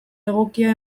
egokia